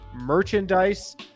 merchandise